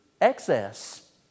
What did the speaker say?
excess